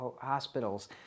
hospitals